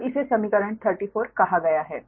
तो इसे समीकरण 34 कहा गया है